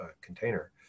container